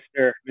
Mr